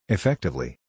Effectively